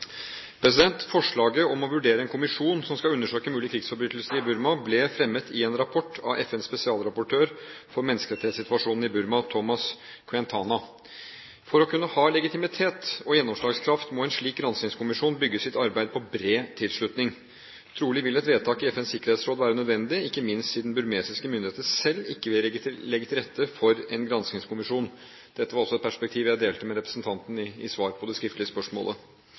Forslaget om å vurdere en kommisjon som skal undersøke mulige krigsforbrytelser i Burma, ble fremmet i en rapport av FNs spesialrapportør for menneskerettighetssituasjonen i Burma, Tomás Quintana. For å kunne ha legitimitet og gjennomslagskraft må en slik granskningskommisjon bygge sitt arbeid på bred tilsutning. Trolig vil et vedtak i FNs sikkerhetsråd være nødvendig, ikke minst siden burmesiske myndigheter selv ikke vil legge til rette for en granskningskommisjon. Dette var også et perspektiv jeg delte med representanten i svaret på det skriftlige spørsmålet.